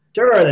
Sure